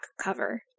cover